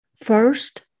first